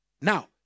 Now